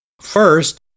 First